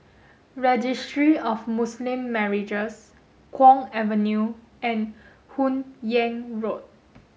Registry of Muslim Marriages Kwong Avenue and Hun Yeang Road